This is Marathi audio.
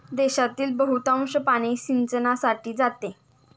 देशातील बहुतांश पाणी सिंचनासाठी जाते